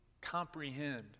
comprehend